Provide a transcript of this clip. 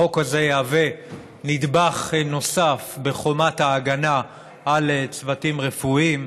החוק הזה יהווה נדבך נוסף בחומת ההגנה על צוותים רפואיים,